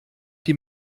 die